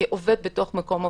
כעובד בתוך מקום עבודה.